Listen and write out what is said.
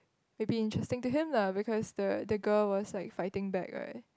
maybe interesting to him lah because the the girl was like fighting back right